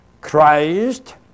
Christ